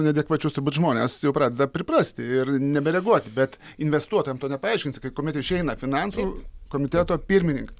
neadekvačius turbūt žmonės jau pradeda priprasti ir nebereaguoti bet investuotojam to nepaaiškinsi kai kuomet išeina finansų komiteto pirminink